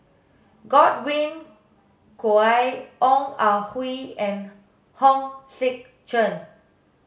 Godwin Koay Ong Ah Hoi and Hong Sek Chern